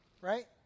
right